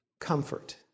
comfort